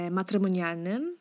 matrymonialnym